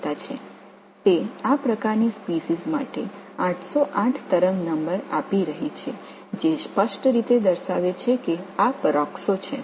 இந்த வகையான இனங்களுக்கு இது 808 அலைஎண்ணைக் கொடுக்கிறது இது பெராக்சோ என்பதை தெளிவாகக் குறிக்கிறது